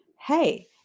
hey